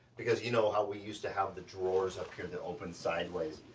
because you know how we used to have the drawers up here, that open sideways.